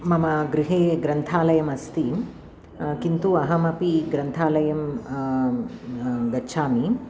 मम गृहे यः ग्रन्थालयः अस्ति किन्तु अहमपि ग्रन्थालयं गच्छामि